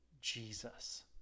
Jesus